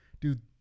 Dude